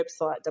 website